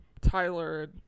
Tyler